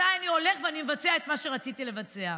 מתי אני הולך ומבצע את מה שרציתי לבצע.